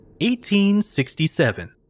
1867